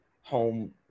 home